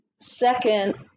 Second